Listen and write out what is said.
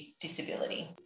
disability